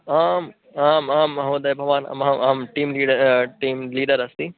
आम् आम् आं महोदयः भवान् मम टीं लीडर् टीं लीडर् अस्ति